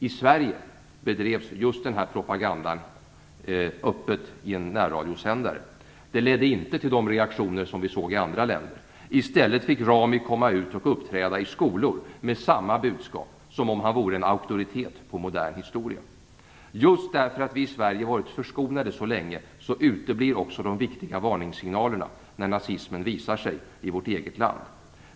I Sverige bedrevs just den här propagandan öppet i en närradiosändare. Det ledde inte till de reaktioner som vi såg i andra länder. I stället fick Rami komma ut och uppträda i skolor med samma budskap, som om han vore en auktoritet på modern historia. Just därför att vi i Sverige varit förskonade så länge uteblir också de viktiga varningssignalerna när nazismen visar sig i vårt eget land.